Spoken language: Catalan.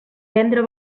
vendre